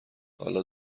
حالا